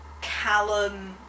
Callum